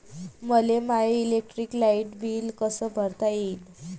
मले my electric light bill कस भरता येईल?